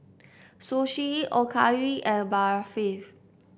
Sushi Okayu and Barfi